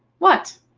what?